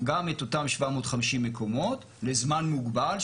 גם את אותם 750 מקומות לזמן מוגבל.